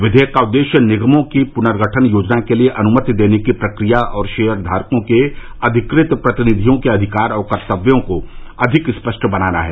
विधेयक का उद्देश्य निगमों की पुर्नगठन योजना के लिए अनुमति देने की प्रकिया और शेयर धारकों के अधिकृत प्रतिनिधिओं के अधिकार और कर्तव्यों को अधिक स्पष्ट बनाना है